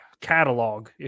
catalog